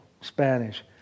Spanish